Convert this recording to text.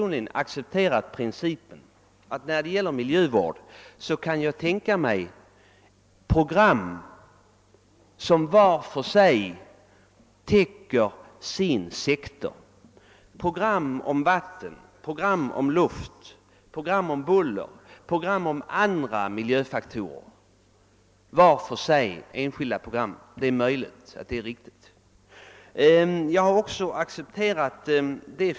När det gäller miljövården kan jag personligen tänka mig program, viika var för sig täcker sin sektor. Det kan vara program om vatten, program om luft, om buller, om olika miljöfaktorer. Det är möjligt att det är nödvändigt med enskilda program var för sig.